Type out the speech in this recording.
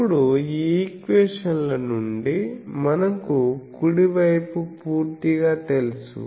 ఇప్పుడు ఈ ఈక్వేషన్ల నుండి మనకు కుడి వైపు పూర్తిగా తెలుసు